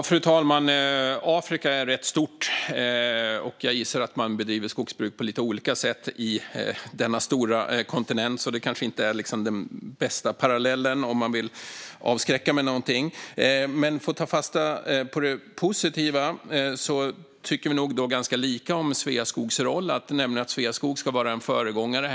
Fru talman! Afrika är stort, och jag gissar att man bedriver skogsbruk på lite olika sätt på denna stora kontinent. Det är kanske inte den bästa parallellen om man vill avskräcka. Låt mig ta fasta på det positiva. Vi tycker ganska lika om Sveaskogs roll, nämligen att Sveaskog ska vara en föregångare.